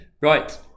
Right